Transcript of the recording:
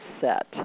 set